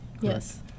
Yes